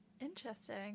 Interesting